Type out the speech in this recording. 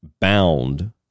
bound